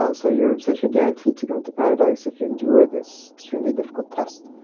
um so you're essentially guaranteed to go into paradise if you endure this extremely difficult test.